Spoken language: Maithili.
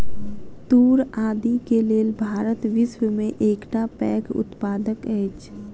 तूर आदि के लेल भारत विश्व में एकटा पैघ उत्पादक अछि